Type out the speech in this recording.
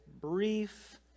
brief